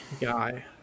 guy